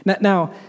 Now